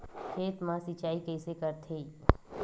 खेत मा सिंचाई कइसे करथे?